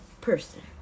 person